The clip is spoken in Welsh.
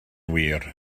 wir